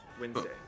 Wednesday